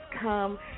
come